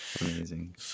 Amazing